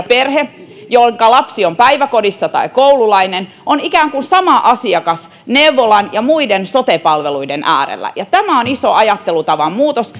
perhe jonka lapsi on päiväkodissa tai koululainen on ikään kuin sama asiakas neuvolan ja muiden sote palveluiden äärellä tämä on iso ajatteluntavan muutos